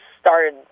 started